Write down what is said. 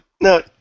No